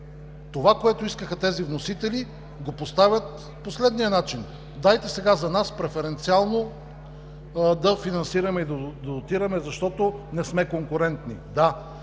това, което искаха тези вносители, го поставят по следния начин: дайте сега за нас преференциално да финансираме и да дотираме, защото не сме конкурентни.